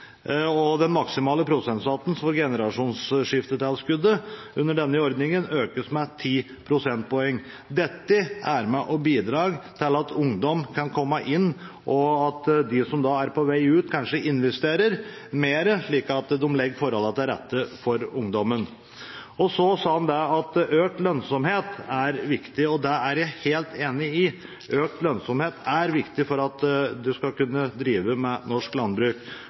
kr. Den maksimale prosentsatsen for generasjonsskiftetilskuddet under denne ordningen økes med 10 prosentpoeng. Dette er med og bidrar til at ungdom kan komme inn, og at de som er på vei ut, kanskje investerer mer, slik at de legger forholdene til rette for ungdommen. Han sa også at økt lønnsomhet er viktig. Det er jeg helt enig i. Økt lønnsomhet er viktig for at en skal kunne drive med norsk landbruk.